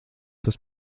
tas